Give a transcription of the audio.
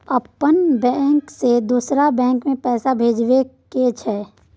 अपन बैंक से दोसर बैंक मे पैसा भेजबाक छै?